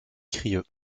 crieu